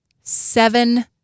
seven